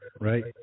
right